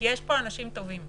כי יש פה אנשים טובים.